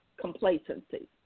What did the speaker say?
complacency